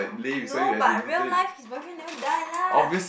no but real life his boyfriend never die lah